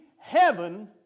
heaven